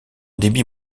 débit